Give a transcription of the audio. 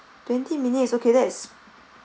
twenty minutes okay that's